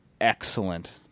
excellent